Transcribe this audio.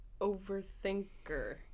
Overthinker